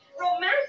romantic